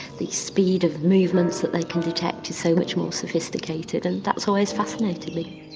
the speed of movements that they can detect is so much more sophisticated, and that's always fascinated me.